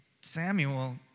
Samuel